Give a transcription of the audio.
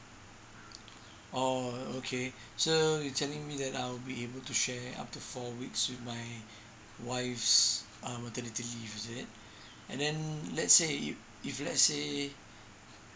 oh okay so you're telling me that I'll be able to share up to four weeks with my wife's uh maternity leave is it and then let's say if if let's say